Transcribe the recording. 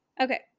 Okay